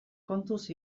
kontuz